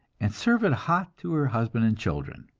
and serve it hot to her husband and children.